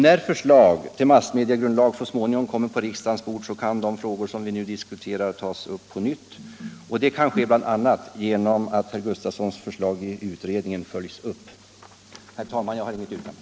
När förslag till massmediegrundlag så småningom kommer på riksdagens bord, kan de frågor som vi nu diskuterar tas upp på nytt. Det kan ske bl.a. genom att herr Gustafsons förslag i utredningen följs upp. Herr talman! Jag har inget yrkande.